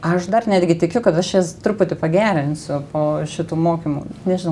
aš dar netgi tikiu kad aš jas truputį pagerinsiu po šitų mokymų nežinau